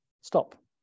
stop